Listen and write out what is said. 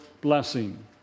blessing